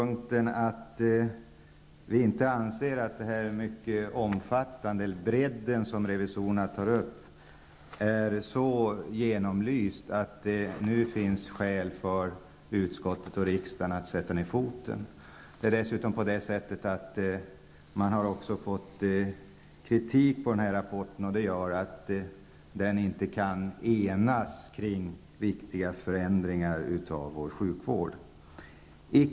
Det råder enighet om att bredden, som revisorerna tar upp, inte är så genomlyst att det nu finns skäl för utskottet och riksdagen att sätta ner foten. Man har också fått kritik för rapporten, och det har gjort att man inte har kunnat enas kring viktiga förändringar av sjukvården.